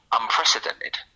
unprecedented